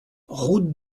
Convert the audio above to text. route